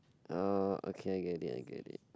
oh okay I get it I get it